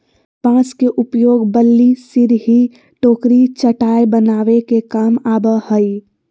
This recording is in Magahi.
बांस के उपयोग बल्ली, सिरही, टोकरी, चटाय बनावे के काम आवय हइ